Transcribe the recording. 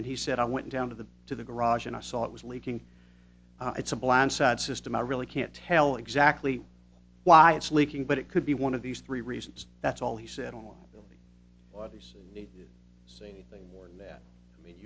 and he said i went down to the to the garage and i saw it was leaking it's a bland sad system i really can't tell exactly why it's leaking but it could be one of these three reasons that's all he said on one of these need to say anything more than that i mean